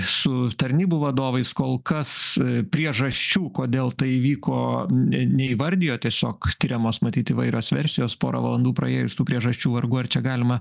su tarnybų vadovais kol kas priežasčių kodėl tai įvyko ne neįvardijo tiesiog tiriamos matyt įvairios versijos pora valandų praėjus tų priežasčių vargu ar čia galima